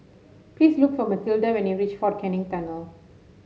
please look for Matilda when you reach Fort Canning Tunnel